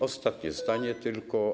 Ostatnie zdanie tylko.